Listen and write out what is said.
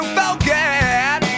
forget